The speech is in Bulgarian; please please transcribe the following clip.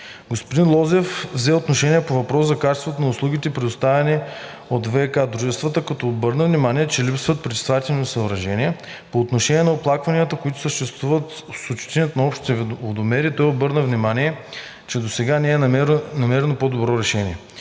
Господин Лозев взе отношение по въпроса за качеството на услугите, предоставяни от ВиК дружествата, като обърна внимание, че липсват пречиствателни съоръжения. По отношение на оплакванията, които съществуват с отчитането на общите водомери, той обърна внимание, че досега не е намерено друго решение.